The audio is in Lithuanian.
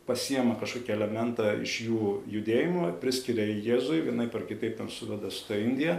pasiima kažkokį elementą iš jų judėjimo priskiria jėzui vienaip ar kitaip ten suveda su ta indija